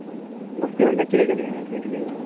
मस्ती म्हळ्ळ्या कितें केलें तेणी एग्जॅक्ली